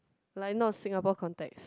like not Singapore context